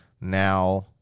Now